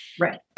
Right